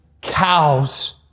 cows